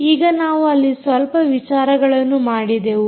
ಈಗ ನಾವು ಅಲ್ಲಿ ಸ್ವಲ್ಪ ವಿಚಾರಗಳನ್ನು ಮಾಡಿದೆವು